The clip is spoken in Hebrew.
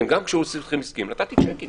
מחר או מוחרתיים נתתי צ'קים